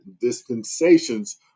dispensations